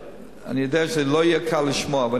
שאני יודע שלא יהיה קל לשמוע אותה,